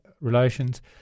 relations